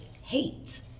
hate